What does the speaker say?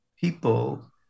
people